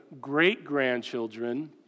great-grandchildren